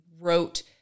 wrote